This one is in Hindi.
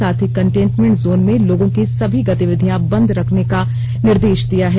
साथ ही कंटेनमेंट जोन में लोगों की सभी गतिविधियां बंद करने का निर्देश दिया है